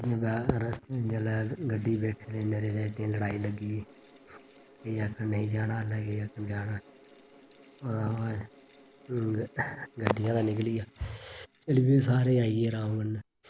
back रस्ते च जिल्लै गड्डी च बैठे ते इन्ने चिरै लड़ाई लग्गी गेई केईं आक्खन नेई जाना हल्ले ते केईं आखन जाना ओह्दे बाद च गड्डी आह्ला निकली गेआ चली पे सारे आई गे अराम कन्नै